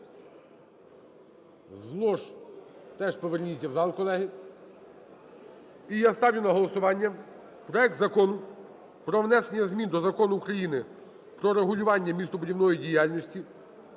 З лож теж поверніться в зал, колеги. І я ставлю на голосування проект Закону про внесення змін до Закону України "Про регулювання містобудівної діяльності"